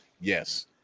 Yes